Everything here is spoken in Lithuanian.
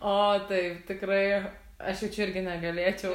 o taip tikrai aš jaučiu irgi negalėčiau